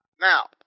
Now